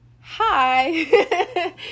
hi